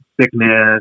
sickness